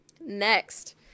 Next